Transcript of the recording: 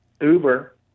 Uber